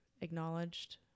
acknowledged